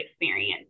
experience